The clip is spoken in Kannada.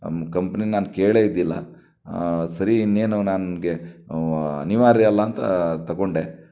ಕಂಪ್ನಿನ ನಾನು ಕೇಳೇ ಇದ್ದಿಲ್ಲ ಸರಿ ಇನ್ನೇನು ನನ್ಗೆ ಅನಿವಾರ್ಯ ಅಲ್ವ ಅಂತ ತಗೊಂಡೆ